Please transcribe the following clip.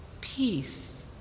peace